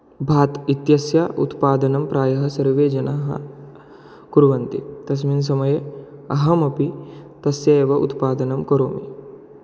भात् इत्यस्य उत्पादनं प्रायः सर्वे जनाः कुर्वन्ति तस्मिन् समये अहमपि तस्य एव उत्पादनं करोमि